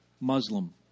Muslim